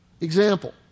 Example